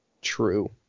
True